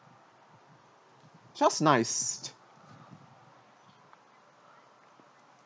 just nice